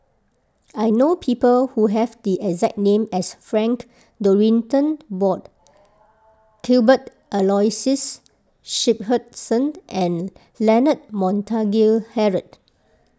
I know people who have the exact name as Frank Dorrington Ward Cuthbert Aloysius Shepherdson and Leonard Montague Harrod